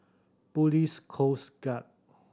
Police Coast Guard